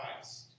Christ